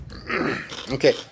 Okay